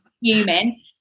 human